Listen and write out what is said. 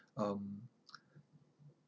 um